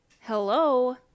Hello